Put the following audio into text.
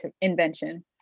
invention